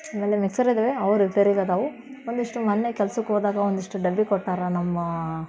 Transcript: ಆಮೇಲೆ ಮಿಕ್ಸರ್ ಇದ್ದಾವೆ ಅವು ರಿಪೆರಿಗೆ ಇದಾವೆ ಒಂದಿಷ್ಟು ಮೊನ್ನೆ ಕೆಲ್ಸಕ್ಕೆ ಹೋದಾಗ ಒಂದಿಷ್ಟು ಡಬ್ಬ ಕೊಟ್ಟಾರೆ ನಮ್ಮ